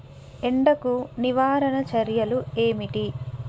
ఎండకు నివారణ చర్యలు ఏమిటి?